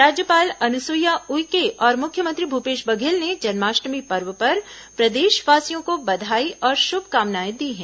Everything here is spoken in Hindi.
राज्यपाल अनुसुईया उइके और मुख्यमंत्री भूपेश बघेल ने जन्माष्टमी पर्व पर प्रदेशवासियों को बधाई और शुभकामनाएं दी हैं